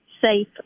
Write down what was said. safe